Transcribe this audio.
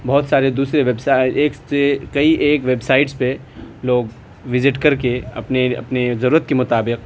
بہت سارے دوسرے ویب سائی ایک سے کئی ایک ویب سائٹس پہ لوگ وزٹ کر کے اپنے اپنے ضرورت کے مطابق